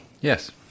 Yes